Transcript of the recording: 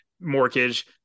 mortgage